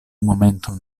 momenton